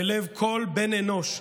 ללב כל בן אנוש.